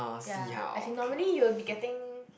ya as in normally you will be getting